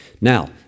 Now